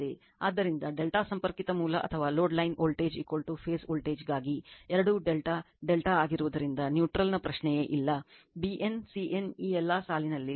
ಆದ್ದರಿಂದ ∆ ಸಂಪರ್ಕಿತ ಮೂಲ ಅಥವಾ ಲೋಡ್ ಲೈನ್ ವೋಲ್ಟೇಜ್ ಫೇಸ್ ವೋಲ್ಟೇಜ್ಗಾಗಿ ಎರಡೂ ∆∆ ಆಗಿರುವುದರಿಂದ ನ್ಯೂಟ್ರಲ್ ನ ಪ್ರಶ್ನೆಯೇ ಇಲ್ಲ bn cn ಈ ಎಲ್ಲಾ ಸಾಲಿನಿಂದ ಸಾಲಿಗೆ